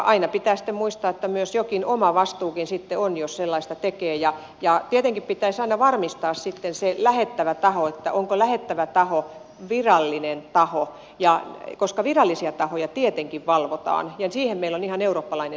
aina pitää sitten muistaa että myös jokin omavastuukin on jos sellaista tekee ja tietenkin pitäisi aina varmistaa sitten se lähettävä taho onko lähettävä taho virallinen taho koska virallisia tahoja tietenkin valvotaan ja siihen meillä on ihan eurooppalainen systeemi